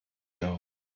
hören